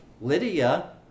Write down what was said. Lydia